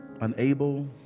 unable